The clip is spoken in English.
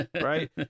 right